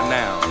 now